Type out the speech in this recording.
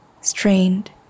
strained